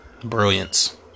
Brilliance